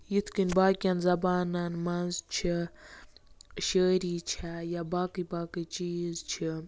یِتھ کٔنۍ باقیٚن زَبانَن منٛز چھِ شٲعری چھےٚ یا باقٕے باقٕے چیٖز چھِ